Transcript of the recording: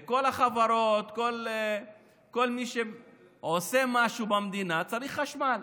כל החברות, כל מי שעושה משהו במדינה, צריך חשמל.